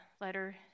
letter